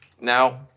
Now